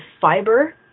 fiber